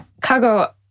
Cargo